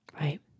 Right